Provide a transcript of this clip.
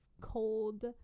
cold